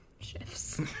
Shifts